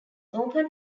open